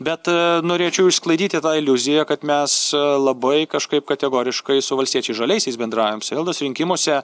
bet norėčiau išsklaidyti tą iliuziją kad mes labai kažkaip kategoriškai su valstiečiais žaliaisiais bendraujam savivaldos rinkimuose